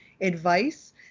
advice